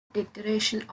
deterioration